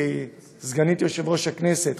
סגנית יושב-ראש הכנסת,